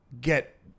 get